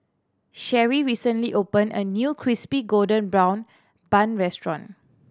Cherry recently opened a new Crispy Golden Brown Bun restaurant